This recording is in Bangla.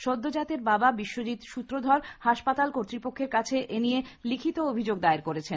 সদ্যজাতের বাবা বিশ্বজিত সূত্রধর হাসপাতাল কর্তৃপক্ষের কাছে এই নিয়ে লিখিত অভিযোগ দায়ের করেছেন